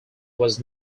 was